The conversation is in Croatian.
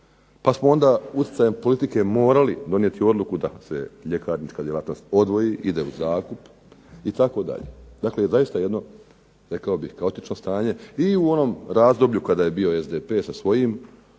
pa smo onda utjecajem politike morali donijeti odluku da se ljekarnička djelatnost odvoji, ide u zakup, itd. Dakle zaista jedno rekao bih kaotično stanje, i u onom razdoblju kada je bio SDP sa svojim